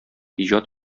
иҗат